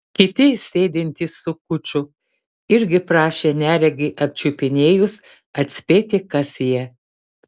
kiti sėdintys su kuču irgi prašė neregį apčiupinėjus atspėti kas jie